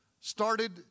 started